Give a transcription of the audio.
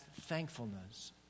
thankfulness